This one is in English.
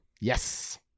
Yes